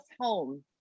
home